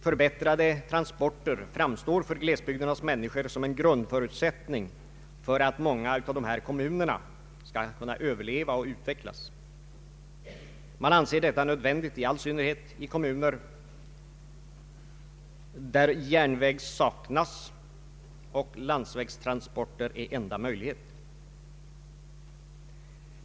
Förbättrade transporter framstår för glesbygdernas människor som en grundförutsättning för att många av dessa kommuner skall kunna överleva och utvecklas. Detta gäller i synnerhet kommuner där järnväg saknas och landsvägstransporter är den enda möjligheten.